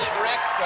rick.